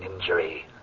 injury